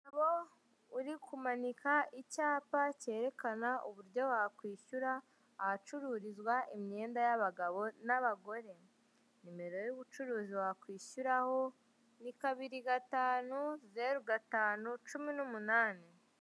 Umugabo uri kumanika icyapa cyerekana uburyo wakwishyura ahacururizwa imyenda y'abagabo n'abagore, nimero y'ubucuruzi wakwishyuraho ni kabiri gatunu zeru gatanu cumi n'umunani.